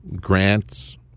grants